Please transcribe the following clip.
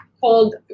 called